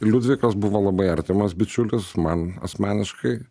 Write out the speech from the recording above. liudvikas buvo labai artimas bičiulis man asmeniškai